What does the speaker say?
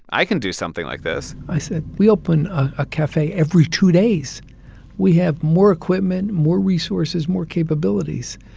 i can do something like this i said, we open a cafe every two days we have more equipment, more resources, more capabilities.